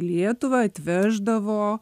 lietuvą atveždavo